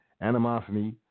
animosity